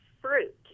fruit